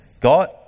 God